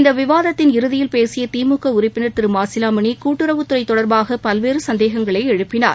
இந்த விவாதத்தின் இறுதியில் பேசிய திமுக உறுப்பினர் திரு மாசிலாமணி கூட்டுறவுத்துறை தொடர்பாக பல்வறு சந்தேகங்களை எழுப்பினார்